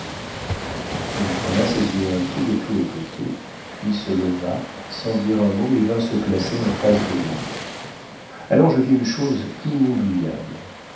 elle tourna ses yeux inquiets de tous les côtés puis se leva sans dire un mot et vint se placer en face de lui alors je vis une chose inoubliable